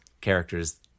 characters